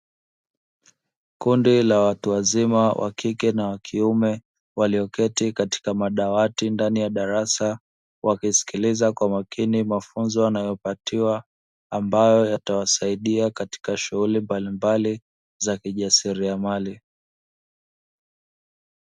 Kundi la watu wazima walioketi katika madawati ndani ya darasa, wakisilikiliza kwa makini mafunzo wanayopatiwa ambayo yatawasaidia katika shughuli mbalimbali za ujasiriamali.